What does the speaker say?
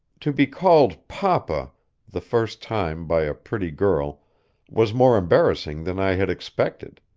to be called papa the first time by a pretty girl was more embarrassing than i had expected.